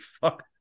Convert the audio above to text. fuck